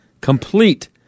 complete